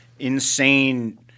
insane